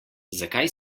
zakaj